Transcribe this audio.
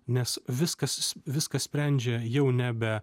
nes viskas viską sprendžia jau nebe